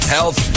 Health